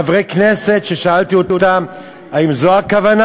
חברי כנסת ששאלתי אותם אם זו הכוונה,